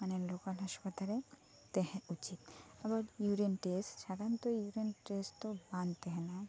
ᱢᱟᱱᱮ local hospital ᱨᱮ ᱛᱟᱦᱮᱸ ᱩᱪᱤᱛ ᱟᱵᱟᱨ ᱤᱭᱩᱨᱤᱱ ᱴᱮᱥᱴ ᱪᱷᱟᱲᱟ ᱱᱤᱛᱚᱜ ᱤᱭᱩᱨᱤᱱ ᱴᱮᱥᱴ ᱫᱚ ᱵᱟᱝ ᱛᱟᱦᱮᱸᱱᱟ